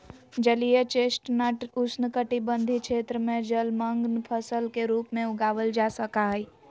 जलीय चेस्टनट उष्णकटिबंध क्षेत्र में जलमंग्न फसल के रूप में उगावल जा सका हई